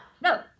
no